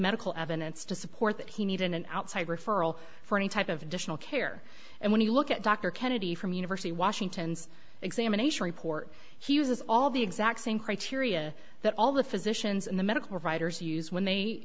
medical evidence to support that he needed an outside referral for any type of additional care and when you look at dr kennedy from university washington's examination report he uses all the exact same criteria that all the physicians in the medical writers use when they